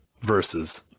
versus